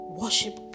worship